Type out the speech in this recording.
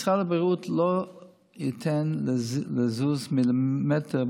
משרד הבריאות לא ייתן לזוז מילימטר,